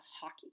hockey